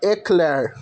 eclair